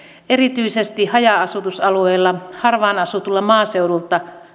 erityisesti haja asutusalueilla harvaan asutulla maaseudulla